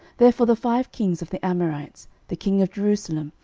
therefore the five kings of the amorites, the king of jerusalem,